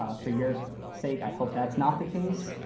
ah for your sake, i hope that's not the case,